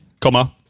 Comma